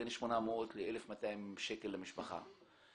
בין 800 ל-1,200 שקל למשפחה.